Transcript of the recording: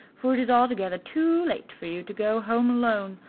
for it is altogether too late for you to go home alone.